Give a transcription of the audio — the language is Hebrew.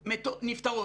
נפטרות,